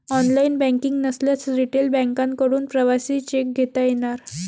online banking नसल्यास retail बँकांकडून प्रवासी चेक घेता येणार